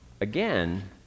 again